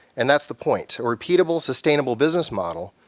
and that's the point. a repeatable, sustainable, business model,